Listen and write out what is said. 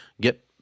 get